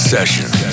Sessions